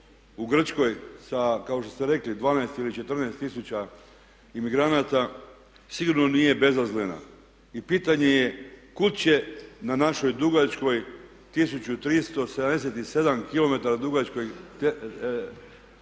u Grčkoj sa kao što ste rekli 12 ili 14 tisuća imigranata sigurno nije bezazlena i pitanje je kuda će na našoj dugačkoj 1377km dugačkoj kopnenoj